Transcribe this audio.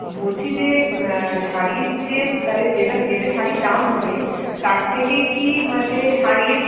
বলছি যে শাড়ির যে তাহলে যেটা যেটা শাড়ির দাম হবে তার থেকে কি মানে শাড়ির